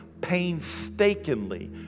painstakingly